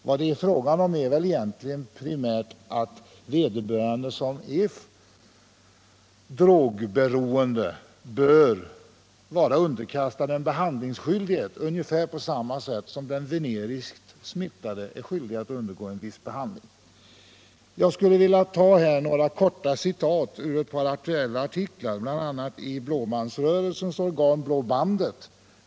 Vad det rör sig om är väl egentligen primärt att den som är drogberoende att bekämpa narkotikamissbruket bör vara underkastad en behandlingsskyldighet ungefär på samma sätt som den veneriskt smittade är skyldig att undergå viss behandling. Jag skulle vilja anföra några korta citat ur ett par aktuella artiklar, bl.a. i Blåbandrörelsens organ Blå Bandet.